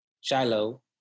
Shiloh